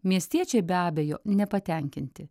miestiečiai be abejo nepatenkinti